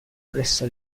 presso